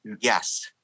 Yes